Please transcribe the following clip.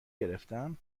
گرفتم